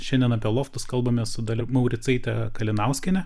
šiandien apie loftus kalbamės su dalia mauricaite kalinauskiene